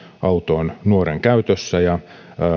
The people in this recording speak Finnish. auto on nuoren käytössä ja